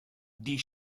die